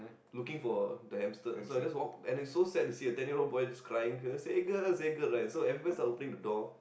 looking for the hamster so I just walk and is so sad to see a ten years old is crying Sega Sega right so everybody start opening the door